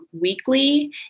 weekly